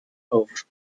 auf